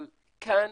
כאן